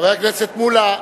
חבר הכנסת מולה,